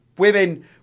Women